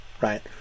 right